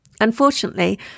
Unfortunately